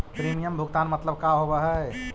Premium भुगतान मतलब का होव हइ?